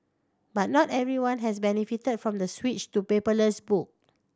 but not everyone has benefited from the switch to paperless book